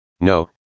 No